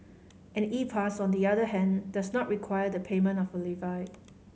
an E Pass on the other hand does not require the payment of a levy